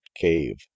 cave